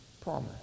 promise